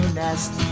nest